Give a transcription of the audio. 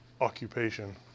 occupation